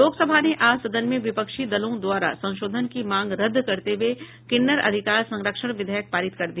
लोकसभा ने आज सदन में विपक्षी दलों द्वारा संशोधन की मांग रद्द करते हुए किन्नर अधिकार संरक्षण विधेयक पारित कर दिया